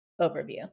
overview